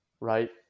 Right